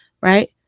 right